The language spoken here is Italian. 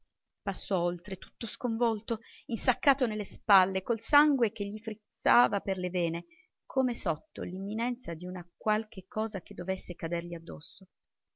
oltre tutto sconvolto insaccato nelle spalle col sangue che gli frizzava per le vene come sotto l'imminenza di qualche cosa che dovesse cadergli addosso